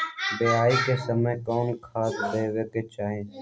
बोआई के समय कौन खाद देवे के चाही?